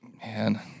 Man